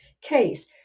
case